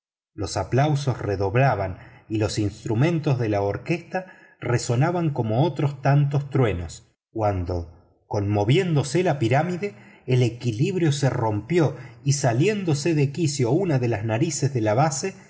los aplausos redoblaban y los instrumentos de la orquesta resonaban como otros tantos truenos cuando conmoviéndose la pirámide el equilibrio se rompió y saliéndose de quicio una de las narices de la base